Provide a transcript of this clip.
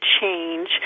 change